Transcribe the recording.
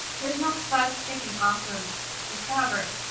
there's no fuzz sticking off of the fabric.